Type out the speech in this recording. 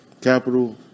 Capital